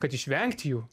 kad išvengt jų